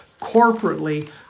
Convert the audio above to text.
corporately